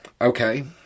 Okay